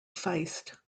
feist